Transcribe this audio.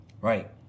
right